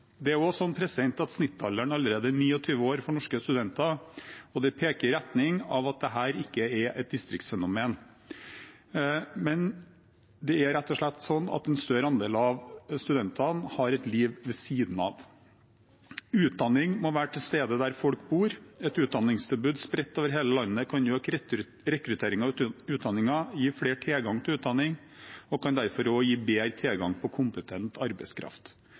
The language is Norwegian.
Det er også sånn at snittalderen for norske studenter allerede er 29 år. Det peker i retning av at dette ikke er et distriktsfenomen, men at det rett og slett er sånn at en større andel av studentene har et liv ved siden av. Utdanning må være til stede der folk bor. Et utdanningstilbud spredt over hele landet kan øke rekrutteringen til utdanninger, gi flere tilgang til utdanning og kan derfor også gi bedre tilgang på kompetent arbeidskraft.